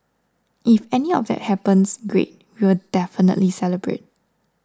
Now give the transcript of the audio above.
if any of that happens great we will definitely celebrate